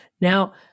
Now